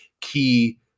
key